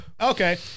Okay